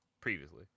previously